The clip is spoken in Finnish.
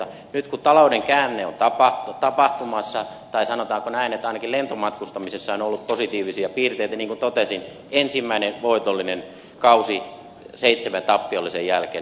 nyt kun talouden käänne on tapahtumassa tai sanotaanko näin että ainakin lentomatkustamisessa on ollut positiivisia piirteitä niin kuin totesin on ensimmäinen voitollinen kausi seitsemän tappiollisen jälkeen